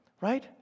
Right